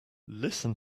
listen